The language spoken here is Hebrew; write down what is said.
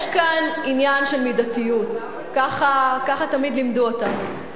יש כאן עניין של מידתיות, ככה תמיד לימדו אותנו.